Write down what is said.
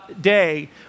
day